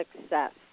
success